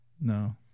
no